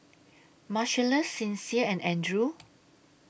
Marcellus Sincere and Andrew